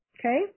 Okay